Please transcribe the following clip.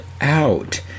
out